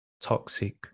toxic